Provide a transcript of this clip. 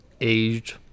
aged